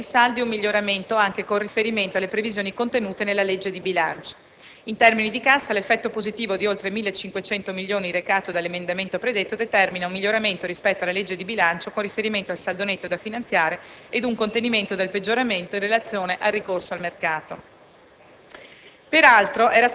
L'emendamento determina quindi, per i citati saldi, un miglioramento anche con riferimento alle previsioni contenute nella legge di bilancio. In termini di cassa, l'effetto positivo di oltre 1.500 milioni recato dall'emendamento predetto determina un miglioramento rispetto alla legge di bilancio con riferimento al saldo netto da finanziare ed un contenimento del peggioramento in relazione al ricorso al mercato.